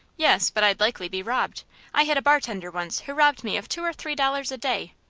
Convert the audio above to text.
yes, but i'd likely be robbed i had a bartender once who robbed me of two or three dollars a day.